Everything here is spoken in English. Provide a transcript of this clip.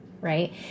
right